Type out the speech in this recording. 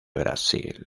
brasil